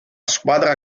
squadra